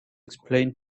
explain